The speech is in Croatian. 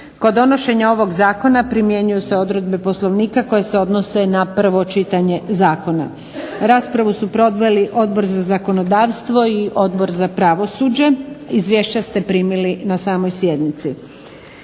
Kod donošenja ovog zakona primjenjuju se odredbe Poslovnika koje se odnose na prvo čitanje zakona. Raspravu su proveli Odbor za zakonodavstvo i Odbor za pravosuđe. Izvješća ste primili na samoj sjednici.